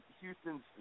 Houston's